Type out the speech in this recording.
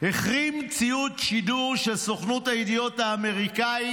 החרים ציוד שידור של סוכנות הידיעות האמריקאית,